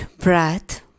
breath